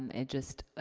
it just,